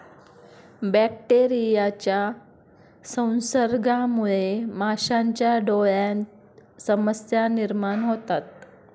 बॅक्टेरियाच्या संसर्गामुळे माशांच्या डोळ्यांत समस्या निर्माण होतात